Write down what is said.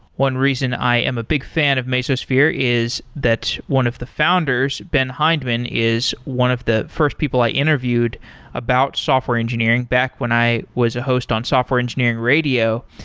one reason i am a big fan of mesosphere is that one of the founders, ben hindman, is one of the first people i interviewed about software engineering back when i was a host on software engineering radio,